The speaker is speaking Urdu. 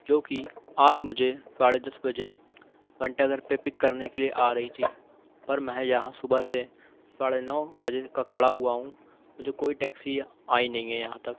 جو کہ آج مجھے ساڑھے دس بجے گھنٹہ گھر پہ پک کرنے کے لئے آ رہی تھی پر میں یہاں صبح سے ساڑے نو بجے کا کھڑا ہوا ہوں مجھے کوئی ٹیکسی آئی نہیں ہے یہاں تک